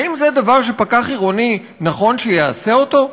האם זה דבר שפקח עירוני, נכון שיעשה אותו?